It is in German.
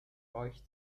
euch